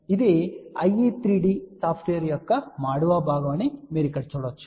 ఇది IE3D software యొక్క మాడువా భాగం అని మీరు ఇక్కడ చూడవచ్చు